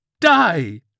Die